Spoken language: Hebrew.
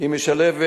משלבת